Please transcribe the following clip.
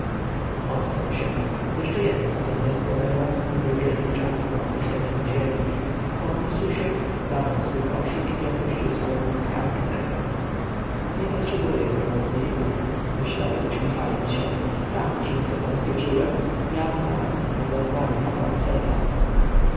ocknął się jeszcze jedna pochodnia spłonęła i był wielki czas do opuszczenia podziemiów podniósł się zabrał swój koszyk i opuścił salę nad skarbcem nie potrzebuję pomocników myślał uśmiechając się sam wszystko zabezpieczyłem ja sam pogardzany kapłan seta